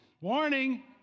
warning